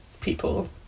people